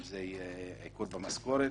אם זה עיקול במשכורת,